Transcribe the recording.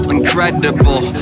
incredible